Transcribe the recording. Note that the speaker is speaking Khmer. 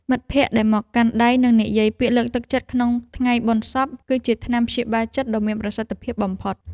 មិត្តភក្តិដែលមកកាន់ដៃ និងនិយាយពាក្យលើកទឹកចិត្តក្នុងថ្ងៃបុណ្យសព គឺជាថ្នាំព្យាបាលចិត្តដ៏មានប្រសិទ្ធភាពបំផុត។